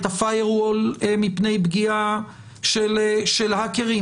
את ה-Firewall מפני פגיעה של האקרים?